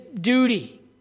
duty